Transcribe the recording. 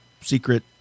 secret